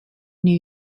new